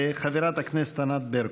חברת הכנסת ענת ברקו.